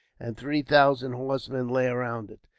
and three thousand horsemen lay around it.